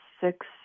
six